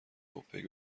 اوپک